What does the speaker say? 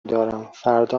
دارم، فردا